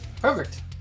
Perfect